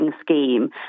scheme